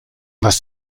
was